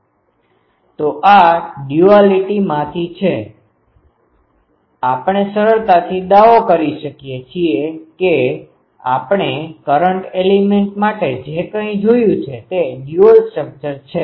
તો આ ડૂઆલીટીdualityદ્વિસંગીતા માંથી છે આપણે સરળતાથી દાવો કરી શકીએ છીએ કે આપણે કરંટ એલિમેન્ટ માટે જે કંઇ જોયું છે તે ડ્યુઅલ સ્ટ્રક્ચર છે